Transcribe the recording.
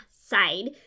side